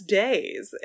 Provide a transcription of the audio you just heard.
days